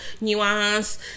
nuance